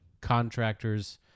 contractors